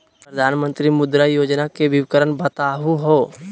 प्रधानमंत्री मुद्रा योजना के विवरण बताहु हो?